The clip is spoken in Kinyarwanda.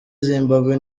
zimbabwe